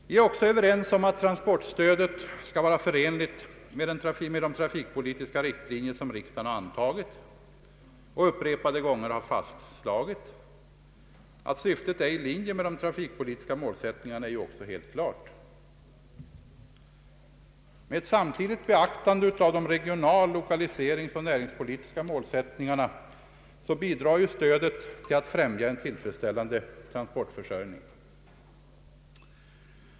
Vi är också ense om att transportstödet skall vara förenligt med de trans .portpolitiska riktlinjer som riksdagen har antagit och upprepade gånger fastslagit. Att syftet är i linje med den trafikpolitiska målsättningen är också helt klart. Med ett samtidigt beaktande av de regionalpolitiska lokaliseringsoch näringspolitiska målsättningarna bidrar transportstödet sålunda till att främja en tillfredsställande transportförsörjning.